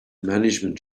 management